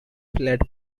flat